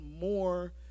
more